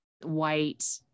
white